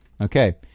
Okay